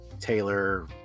Taylor